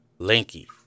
Lanky